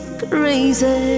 crazy